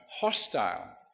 hostile